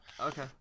Okay